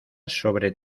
sobre